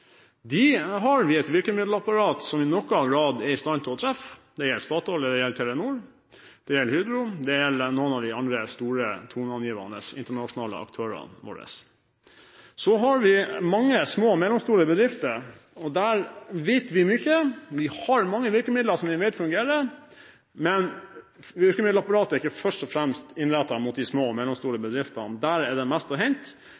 forskning. De har et virkemiddelapparat som i noen grad er i stand til å treffe. Det gjelder Statoil, Telenor og Hydro – og det gjelder noen av de store toneangivende internasjonale aktørene våre. Så har vi mange små og mellomstore bedrifter. Der vet vi mye. Vi har mange virkemidler som vi vet fungerer, men virkemiddelapparatet er ikke først og fremst innrettet mot de små og mellomstore bedriftene. Der er det mest å hente, men Brukerstyrt innovasjonsarena, NCE, SFI og